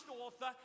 author